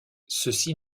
ceci